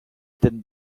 didn’t